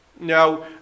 Now